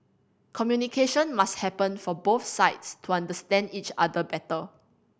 communication must happen for both sides to understand each other better